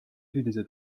erilise